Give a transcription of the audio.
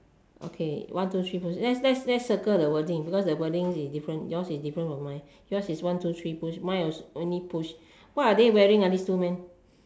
okay one two three push let's let's just circle the wording because the wording is different yours is different from mine yours one two three push my is only push what are they wearing this two man